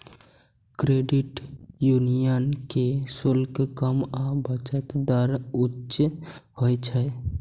credit union के शुल्क कम आ बचत दर उच्च होइ छै